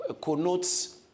connotes